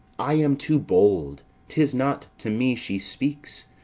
i am too bold tis not to me she speaks.